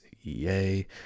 Yay